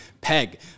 peg